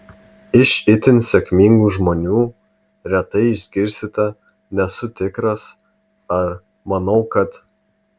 iš itin sėkmingų žmonių retai išgirsite nesu tikras ar manau kad